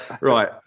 Right